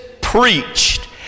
preached